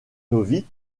qui